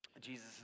Jesus